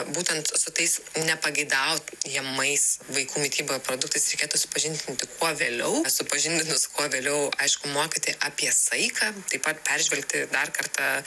būtent su tais nepageidaujamais vaikų mityboj produktais reikėtų supažindinti kuo vėliau supažindinus kuo vėliau aišku mokyti apie saiką taip pat peržvelgti dar kartą